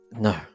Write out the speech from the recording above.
No